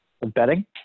Betting